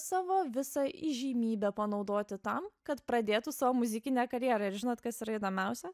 savo visą įžymybę panaudoti tam kad pradėtų savo muzikinę karjerą ir žinot kas yra įdomiausia